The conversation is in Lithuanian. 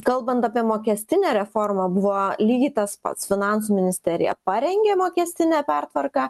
kalbant apie mokestinę reformą buvo lygiai tas pats finansų ministerija parengė mokestinę pertvarką